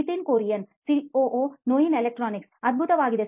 Nitin Kurian COO ನೋಯಿನ್ electronics ಅದ್ಭುತವಾಗಿದೆ